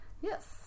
Yes